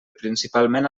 principalment